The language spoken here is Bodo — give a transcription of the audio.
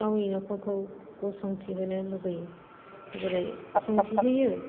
गावनि न'खरखौ गसंथिहोनो लुगैयो जेरै संथिहोयो